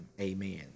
amen